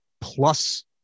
Plus